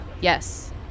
Yes